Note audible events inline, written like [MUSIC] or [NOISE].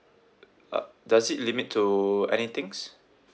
[NOISE] uh does it limit to any things